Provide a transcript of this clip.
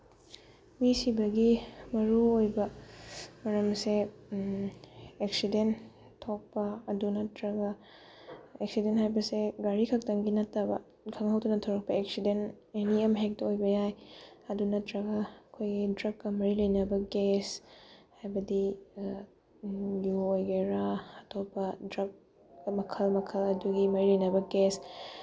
ꯃꯤ ꯁꯤꯕꯒꯤ ꯃꯔꯨꯑꯣꯏꯕ ꯃꯔꯝꯁꯦ ꯑꯦꯛꯁꯤꯗꯦꯟ ꯊꯣꯛꯄ ꯑꯗꯨ ꯅꯠꯇ꯭ꯔꯒ ꯑꯦꯛꯁꯤꯗꯦꯟ ꯍꯥꯏꯕꯁꯦ ꯒꯥꯔꯤ ꯈꯛꯇꯪꯒꯤ ꯅꯠꯇꯕ ꯈꯪꯍꯧꯗꯅ ꯊꯣꯛꯂꯛꯄ ꯑꯦꯛꯁꯤꯗꯦꯟ ꯑꯦꯅꯤ ꯑꯃ ꯍꯦꯛꯇ ꯑꯣꯏꯕ ꯌꯥꯏ ꯑꯗꯨ ꯅꯠꯇ꯭ꯔꯒ ꯑꯩꯈꯣꯏꯒꯤ ꯗ꯭ꯔꯒꯀ ꯃꯔꯤ ꯂꯩꯅꯕ ꯀꯦꯁ ꯍꯥꯏꯕꯗꯤ ꯌꯨ ꯑꯣꯏꯒꯦꯔꯥ ꯑꯇꯣꯞꯄ ꯗ꯭ꯔꯒ ꯃꯈꯜ ꯃꯈꯜ ꯑꯗꯨꯒꯤ ꯃꯔꯤ ꯂꯩꯅꯕ ꯀꯦꯁ